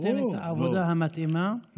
נותן את העבודה המתאימה.